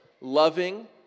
loving